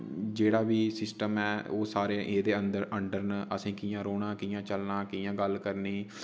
जेह्ड़ा बी सिस्टम ऐ ओह् सारे एह्दे अंदर अंडर न असें कियां रौह्ना कियां चलना कियां गल्ल करनी